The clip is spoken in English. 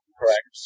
correct